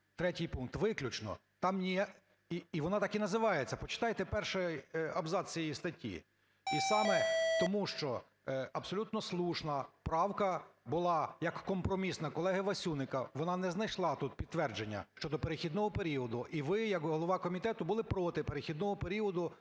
Третій пункт. Виключно. І воно так і називається, почитайте перший абзац цієї статті. І саме тому, що абсолютно слушна правка була як компромісна колеги Васюника, вона не знайшла тут підтвердження щодо перехідного періоду. І ви як голова комітету були проти перехідного періоду,